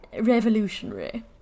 revolutionary